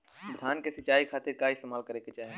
धान के सिंचाई खाती का इस्तेमाल करे के चाही?